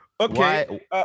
Okay